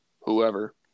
whoever